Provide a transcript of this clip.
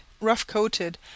rough-coated